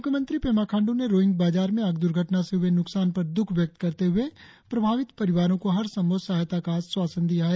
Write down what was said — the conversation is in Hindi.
मुख्यमंत्री पेमा खाण्डू ने रोइंग बाजार में आग दुर्घटना से हुए नुकसान पर दुख व्यक्त करते हुए प्रभावित परिवारों को हर संभव सहायता का आश्वासन दिया है